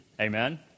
Amen